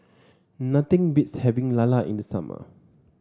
nothing beats having Lala in the summer